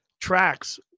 tracks